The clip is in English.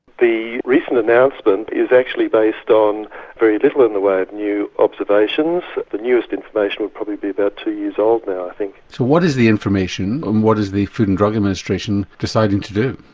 the recent announcement is actually based on very little in the way of new observations the newest information would probably be about two years old now i think. so what is the information and what is the food and drug administration deciding to do?